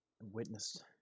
witnessed